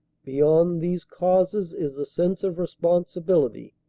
beyond these causes is the sense of responsibility.